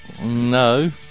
No